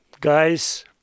guys